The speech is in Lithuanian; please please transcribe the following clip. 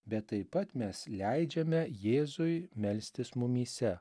bet taip pat mes leidžiame jėzui melstis mumyse